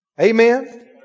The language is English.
Amen